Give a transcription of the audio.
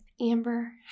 Amber